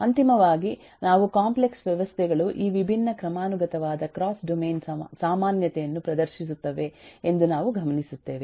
ಅಂತಿಮವಾಗಿ ನಾವು ಕಾಂಪ್ಲೆಕ್ಸ್ ವ್ಯವಸ್ಥೆಗಳು ಈ ವಿಭಿನ್ನ ಕ್ರಮಾನುಗತವಾದ ಕ್ರಾಸ್ ಡೊಮೇನ್ ಸಾಮಾನ್ಯತೆಯನ್ನು ಪ್ರದರ್ಶಿಸುತ್ತವೆ ಎಂದು ನಾವು ಗಮನಿಸುತ್ತೇವೆ